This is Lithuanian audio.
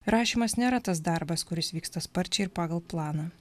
rašymas nėra tas darbas kuris vyksta sparčiai ir pagal planą